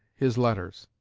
his letters.